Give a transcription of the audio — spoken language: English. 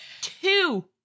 Two